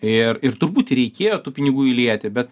ir ir turbūt reikėjo tų pinigų įlieti bet